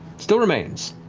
still remains.